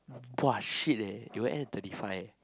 !wah! shit eh it will end at thirty five eh